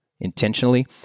intentionally